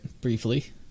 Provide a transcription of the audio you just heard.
briefly